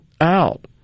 out